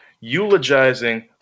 eulogizing